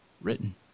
written